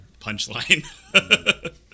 punchline